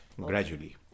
gradually